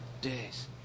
days